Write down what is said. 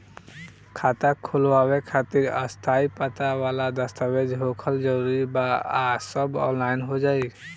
खाता खोलवावे खातिर स्थायी पता वाला दस्तावेज़ होखल जरूरी बा आ सब ऑनलाइन हो जाई?